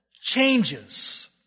changes